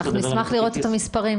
אנחנו נשמח לראות את המספרים.